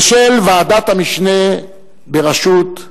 ושל ועדת המשנה בראשות ג'ומס.